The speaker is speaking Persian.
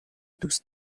دوست